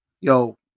Yo